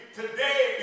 today